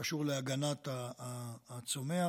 הוא קשור להגנת הצומח